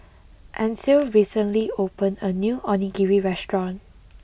Ancil recently opened a new Onigiri restaurant